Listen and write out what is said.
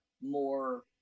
more